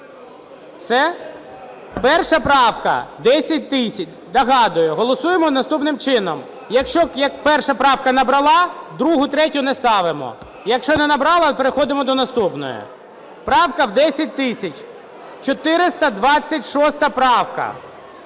Все. Перша правка, 10 тисяч. Нагадую, голосуємо наступним чином. Якщо перша правка набрала другу і третю не ставимо, якщо не набрала, переходимо до наступної. Правка в 10 тисяч, 426 правка.